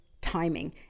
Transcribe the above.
timing